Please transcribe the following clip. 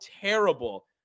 terrible